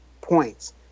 points